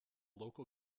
local